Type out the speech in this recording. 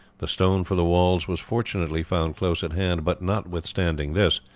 the stone for the walls was fortunately found close at hand, but, notwithstanding this,